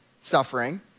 suffering